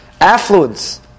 Affluence